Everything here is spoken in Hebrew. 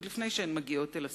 עוד לפני שהן מגיעות אל השרים.